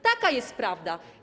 Taka jest prawda.